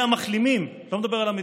אלה המחלימים, לא מדבר על המתים.